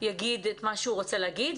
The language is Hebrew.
יגיד את מה שהוא רוצה להגיד,